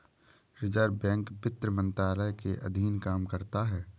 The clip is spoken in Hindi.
रिज़र्व बैंक वित्त मंत्रालय के अधीन काम करता है